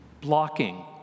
blocking